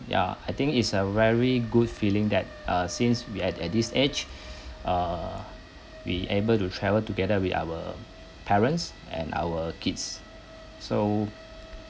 ya I think it's a very good feeling that uh since we at at this age uh we able to travel together with our parents and our kids so